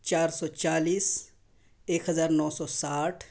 چار سو چالیس ایک ہزار نو سو ساٹھ